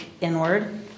inward